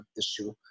issue